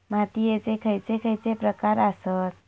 मातीयेचे खैचे खैचे प्रकार आसत?